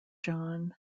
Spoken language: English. john